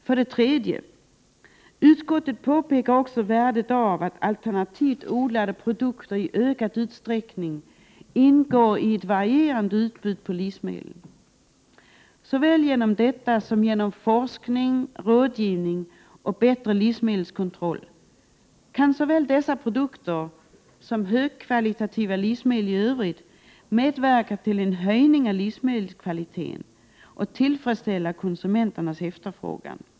För det tredje: Utskottet påpekar också värdet av att alternativt odlade produkter i ökad utsträckning ingår i ett varierande utbud på livsmedel. Såväl genom detta som genom forskning, rådgivning och bättre livsmedelskontroll kan såväl dessa produkter som högkvalitativa livsmedel i övrigt medverka till en höjning av livsmedelskvaliteten och tillfredsställa konsumenternas efterfrågan.